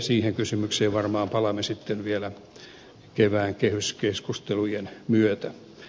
siihen kysymykseen varmaan palaamme vielä kevään kehyskeskustelujen myötä